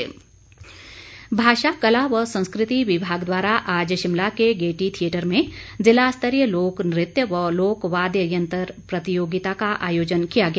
लोकनत्य भाषा कला व संस्कृति विभाग द्वारा आज शिमला के गेयटी थियेटर में जिला स्तरीय लोक नृत्य व लोक वाद्य यंत्र प्रतियोगिता का आयोजन किया गया